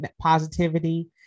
positivity